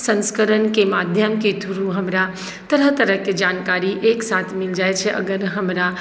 सन्स्करणके माध्यमके थ्रू हमरा तरह तरहके जानकारी एक साथ मिल जाइत छै अगर हमरा